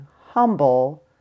humble